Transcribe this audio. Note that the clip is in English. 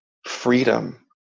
Freedom